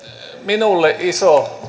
minulle iso